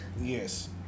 yes